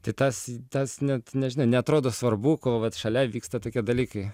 tai tas tas net nežinau neatrodo svarbu kol vat šalia vyksta tokie dalykai